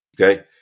Okay